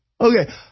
Okay